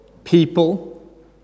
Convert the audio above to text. people